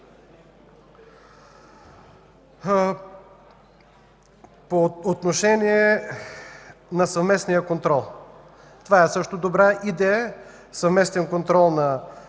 По отношение на съвместния контрол, това също е добра идея – съвместен контрол на